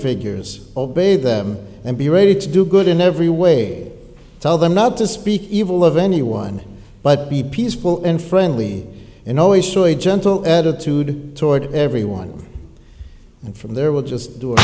figures obey them and be ready to do good in every way tell them not to speak evil of anyone but be peaceful and friendly and always showing gentle attitude toward everyone and from there we'll just do a